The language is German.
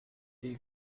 die